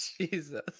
Jesus